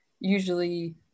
usually